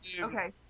Okay